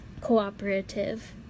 cooperative